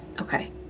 Okay